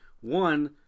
One